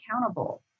accountable